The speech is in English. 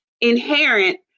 inherent